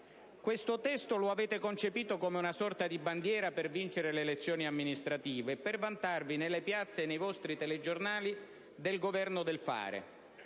testo del provvedimento come una sorta di bandiera per vincere le elezioni amministrative, per vantarvi nelle piazze e nei vostri telegiornali del "governo del fare".